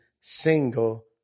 single